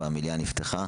השעה ארבע והמליאה נפתחה.